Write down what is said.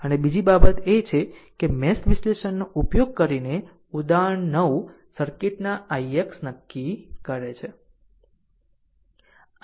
અને બીજી બાબત એ છે કે મેશ વિશ્લેષણનો ઉપયોગ કરીને ઉદાહરણ 9 સર્કિટના ix નક્કી કરે છે